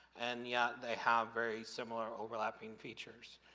and yeah, they have very similar overlapping features.